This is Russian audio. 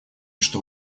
что